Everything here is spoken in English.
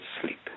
sleep